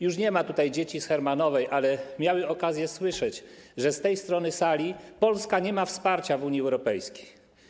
Już nie ma tutaj dzieci z Hermanowej, ale miały okazję słyszeć, że z tej strony sali Polska nie ma wsparcia w Unii Europejskiej.